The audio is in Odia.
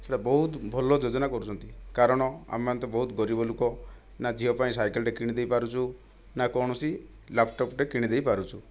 ସେଇଟା ବହୁତ ଭଲ ଯୋଜନା କରୁଛନ୍ତି କାରଣ ଆମେମାନେ ତ ବହୁତ ଗରିବ ଲୋକ ନା ଝିଅ ପାଇଁ ସାଇକେଲଟେ କିଣିଦେଇପାରୁଛୁ ନା କୌଣସି ଲ୍ୟାପଟପ୍ଟେ କିଣିଦେଇପାରୁଛୁ